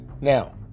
Now